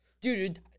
dude